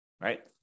Right